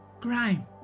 crime